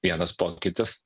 vienas pokytis